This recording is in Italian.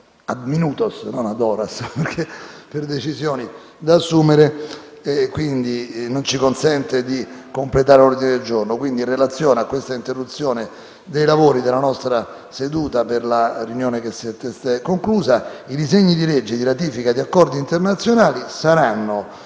convocato *ad horas* per decisioni da assumere, non ci consente di completare l'ordine del giorno. Quindi, in ragione di questa interruzione dei lavori della nostra seduta per la riunione che si è testé conclusa, i disegni di legge di ratifica di accordi internazionali saranno